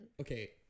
Okay